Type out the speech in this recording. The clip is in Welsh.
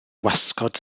wasgod